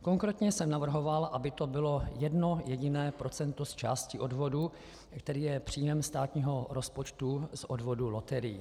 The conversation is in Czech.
Konkrétně jsem navrhoval, aby to bylo jedno jediné procento z části odvodu, který je příjmem státního rozpočtu z odvodu loterií.